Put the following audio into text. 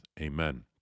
Amen